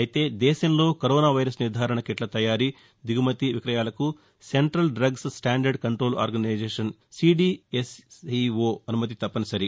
అయితే దేశంలో corona virus నిర్దారణ కిట్ల తయారీ దిగుమతి విక్రయాలకు central drugs standard control organisation CDSCO అనుమతి తప్పనిసరి